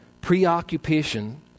preoccupation